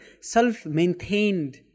self-maintained